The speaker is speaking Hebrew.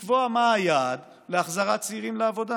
אתם חייבים לקבוע מה היעד להחזרת צעירים לעבודה.